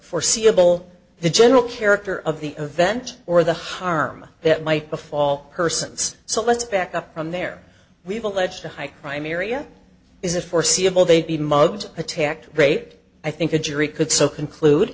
foreseeable the general character of the event or the harm that might befall persons so let's back up from there we've alleged a high crime area is a foreseeable they'd be mugged attacked rate i think a jury could so conclude